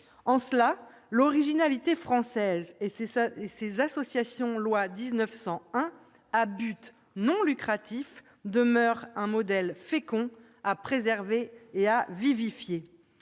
En cela, l'originalité française, avec ses associations loi de 1901 à but non lucratif, demeure un modèle fécond à préserver et à vivifier.